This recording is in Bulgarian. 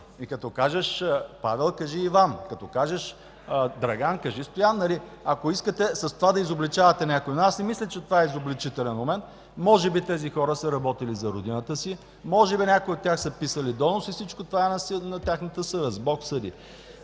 Като кажеш „Павел”, кажи „Иван”; като кажеш „Драган”, кажи „Стоян”, нали, ако искате с това да изобличавате някой. Но аз не мисля, че това е изобличителен момент. Може би тези хора са работили за родината си, може би някои от тях са писали доноси – всичко това стои на тяхната съвест, Бог съди.